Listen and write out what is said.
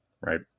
Right